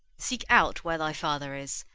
seek out where thy father is,